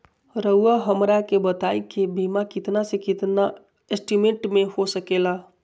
रहुआ हमरा के बताइए के बीमा कितना से कितना एस्टीमेट में हो सके ला?